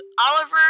Oliver